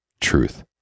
Truth